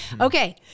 Okay